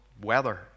weather